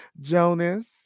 Jonas